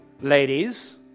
ladies